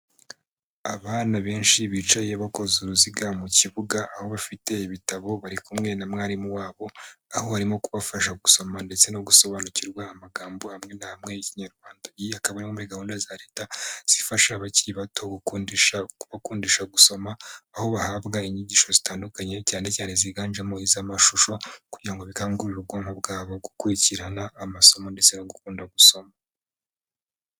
Abana benshi bicaye bakoze uruziga mu kibuga aho bafite ibitabo bari kumwe na mwarimu wabo, aho arimo kubafasha gusoma ndetse no gusobanukirwa amagambo amwe n'amwe y'Ikinyarwanda; iyi akaba ari imwe muri gahunda za Leta zifasha abakiri bato gukundisha kubakundisha gusoma, aho bahabwa inyigisho zitandukanye cyane cyane ziganjemo iz'amashusho, kugira ngo bikangurire ubwonko bwabo gukurikirana amasomo ndetse no gukunda gusoma.